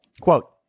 Quote